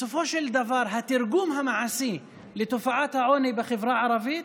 בסופו של דבר התרגום המעשי לתופעת העוני בחברה הערבית